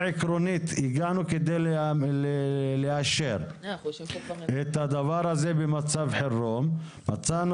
אנחנו הגענו כדי לאשר את הדבר הזה במצב חירום ומצאנו